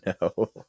No